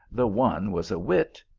the one was a wit,